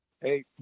Hey